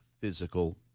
physical